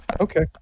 Okay